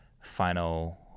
final